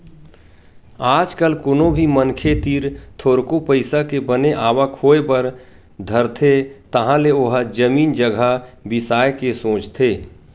आज कल कोनो भी मनखे तीर थोरको पइसा के बने आवक होय बर धरथे तहाले ओहा जमीन जघा बिसाय के सोचथे